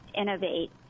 Innovate